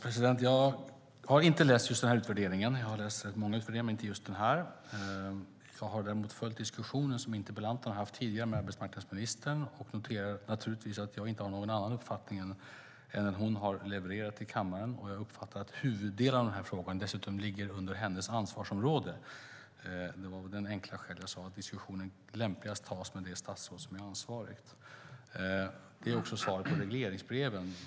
Herr ålderspresident! Jag har läst rätt många utvärderingar, men inte just denna utvärdering. Jag har däremot följt den diskussion som interpellanten har haft med arbetsmarknadsministern tidigare, och jag noterar naturligtvis att jag inte har någon annan uppfattning än den hon har levererat i kammaren. Jag uppfattar dessutom att huvuddelen av denna fråga ligger under hennes ansvarsområde. Det var väl det enkla skälet till att jag sade att diskussionen lämpligast tas med det statsråd som är ansvarigt. Det är också svaret om regleringsbreven.